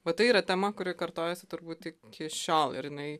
va tai yra tema kuri kartojasi turbūt iki šiol ir jinai